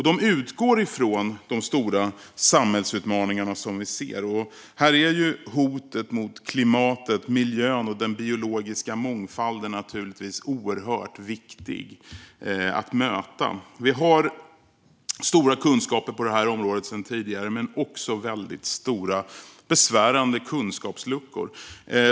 De utgår från de stora samhällsutmaningar som vi ser. Här är hotet mot klimatet, miljön och den biologiska mångfalden naturligtvis oerhört viktigt att möta. Vi har stora kunskaper på detta område sedan tidigare men också väldigt stora och besvärande kunskapsluckor.